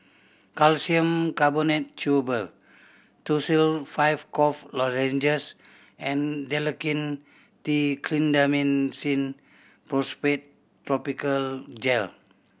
Calcium Carbonate Chewable Tussil Five Cough Lozenges and Dalacin T Clindamycin Phosphate Topical Gel